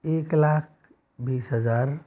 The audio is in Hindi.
एक लाख बीस हज़ार